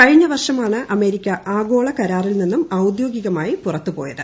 കഴിഞ്ഞ വർഷമാണ് അമേരിക്ക ആഗോളകരാറിൽ നിന്നും ഔദ്യോഗികമായി പുറത്തുപോയത്